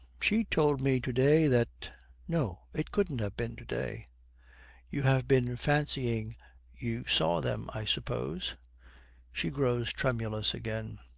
she told me to-day that no, it couldn't have been to-day you have been fancying you saw them, i suppose she grows tremulous again.